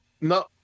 No